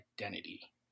identity